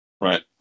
right